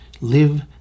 live